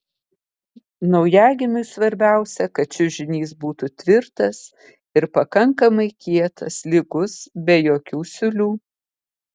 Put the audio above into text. naujagimiui svarbiausia kad čiužinys būtų tvirtas ir pakankamai kietas lygus be jokių siūlių